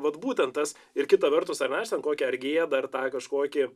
vat būtent tas ir kita vertus ar ne aš ten kokią ar gėda ar dar tai kažkokį